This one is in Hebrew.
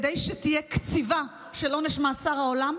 כדי שתהיה קציבה של עונש מאסר העולם,